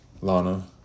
Lana